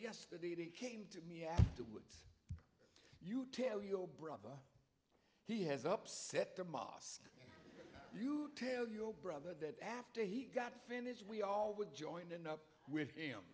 yesterday he came to me afterwards you tell your brother he has upset the mosque you tell your brother that after he got finished we all would join in up with